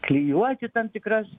klijuoti tam tikras